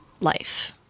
life